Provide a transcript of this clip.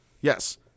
Yes